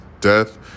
death